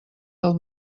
del